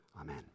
Amen